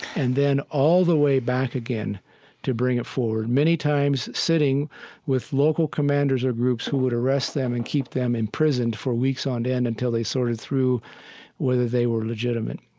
and then all the way back again to bring it forward, many times sitting with local commanders or groups who would arrest them and keep them imprisoned for weeks on end until they sorted through whether they were legitimate